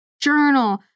journal